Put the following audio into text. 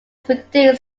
produced